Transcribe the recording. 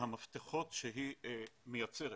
המפתחות שהיא מייצרת